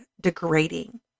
degrading